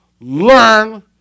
Learn